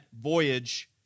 voyage